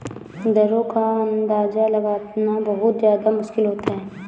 दरों का अंदाजा लगाना बहुत ज्यादा मुश्किल होता है